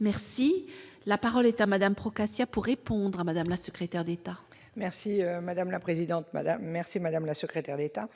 Merci, la parole est à Madame Procaccia pour répondre à Madame la secrétaire d'État. Merci madame la présidente, madame, merci madame la secrétaire d'État,